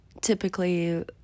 typically